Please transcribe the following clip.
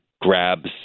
grabs